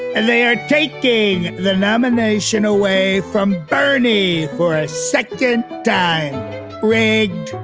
and they are taking the nomination away from bernie. for a second time rag,